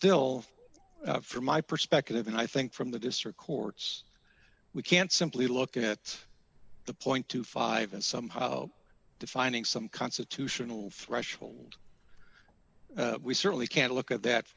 still from my perspective and i think from the district courts we can't simply look at the point twenty five and somehow defining some constitutional threshold we certainly can't look at that